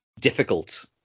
difficult